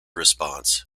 response